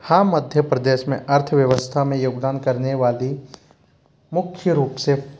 हाँ मध्य प्रदेश में अर्थव्यवस्था में योगदान करने वाली मुख्य रूप से